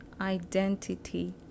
identity